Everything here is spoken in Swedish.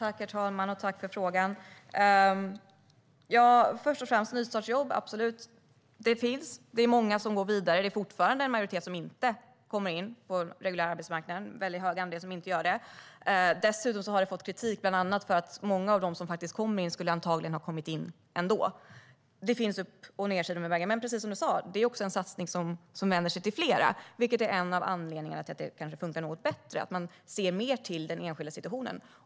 Herr talman! Tack för frågan! Ja, det finns nystartsjobb, och många går vidare. Det är fortfarande en majoritet som inte kommer in på den reguljära arbetsmarknaden. Dessutom har nystartsjobben fått kritik bland annat för att många som har kommit in på arbetsmarknaden antagligen skulle ha kommit in ändå. Men precis som Hanif Bali sa är det en satsning som vänder sig till flera, vilket kanske är en av anledningarna till att den funkar något bättre. I nystartsjobben ser man mer till den enskildes situation.